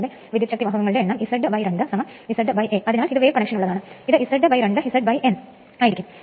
1 സ്റ്റേഷനറീസ് ഭാഗമാണ് സ്റ്റേറ്റർ മറ്റൊന്ന് കറങ്ങുന്ന ഭാഗം അതിനെ റോട്ടർ എന്ന് വിളിക്കുന്നു